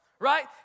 right